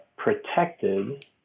protected